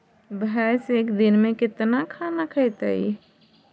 भैंस एक दिन में केतना खाना खैतई?